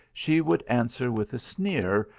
she would answer with a sneer,